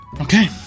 Okay